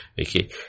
Okay